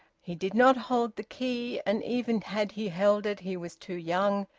he did not hold the key, and even had he held it he was too young,